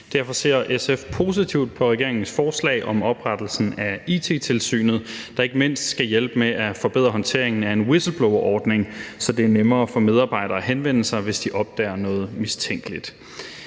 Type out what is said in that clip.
Derfor ser SF positivt på regeringens forslag om oprettelsen af It-tilsynet, der ikke mindst skal hjælpe med at forbedre håndteringen af en whistleblowerordning, så det er nemmere for medarbejdere at henvende sig, hvis de opdager noget mistænkeligt.